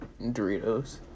Doritos